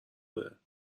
داره